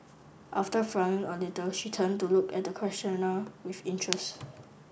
after frowning a little she turned to look at the questioner with interest